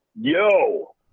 Yo